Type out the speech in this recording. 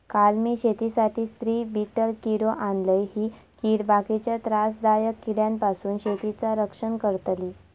काल मी शेतीसाठी स्त्री बीटल किडो आणलय, ही कीड बाकीच्या त्रासदायक किड्यांपासून शेतीचा रक्षण करतली